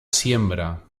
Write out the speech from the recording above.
siembra